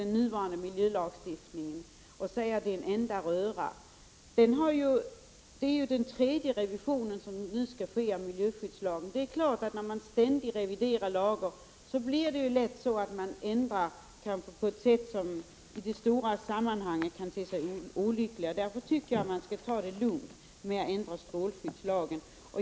Man säger att den är en enda röra. Det är nu den tredje revisionen som skall ske av miljöskyddslagen. Det är klart att när man ständigt reviderar lagar blir det lätt så att de ändras på ett sätt som i de stora sammanhangen kan te sig olyckliga. Därför tycker jag att man skall ta det lugnt med att ändra strålskyddslagen.